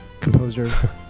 composer